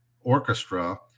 orchestra